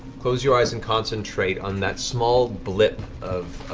close your eyes and concentrate on that small blip of